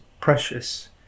precious